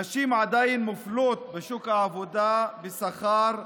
נשים עדיין מופלות בשוק העבודה בשכר,